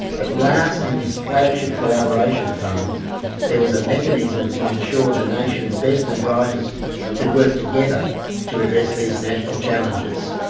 at last in this flagship collaboration fund there was a mechanism to ensure the nation's best and brightest could work together to address these national challenges.